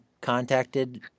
contacted